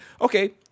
okay